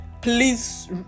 please